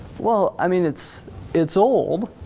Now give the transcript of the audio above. well, i mean it's it's old.